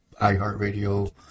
iHeartRadio